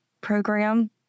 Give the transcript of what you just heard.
program